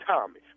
Tommy